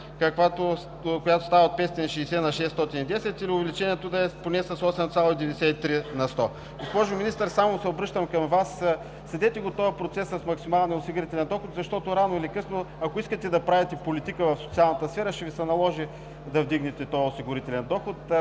която става от 560 лв. на 610 лв., или увеличението да е с 8,93%. Госпожо Министър, само се обръщам към Вас: следете процеса с максималния осигурителен доход, защото рано или късно, ако искате да правите политика в социалната сфера, ще Ви се наложи да вдигнете този осигурителен доход,